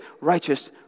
righteous